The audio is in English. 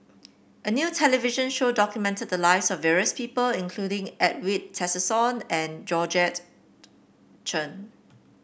a new television show documented the lives of various people including Edwin Tessensohn and Georgette Chen